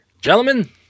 Gentlemen